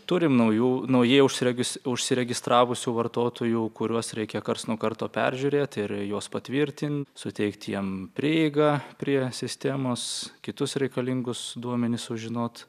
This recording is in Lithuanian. turim naujų naujai užsiregis užsiregistravusių vartotojų kuriuos reikia karts nuo karto peržiūrėt ir juos patvirtint suteikt jiem prieigą prie sistemos kitus reikalingus duomenis sužinot